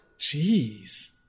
Jeez